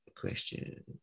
question